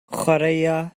chwaraea